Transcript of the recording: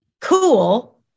cool